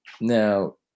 Now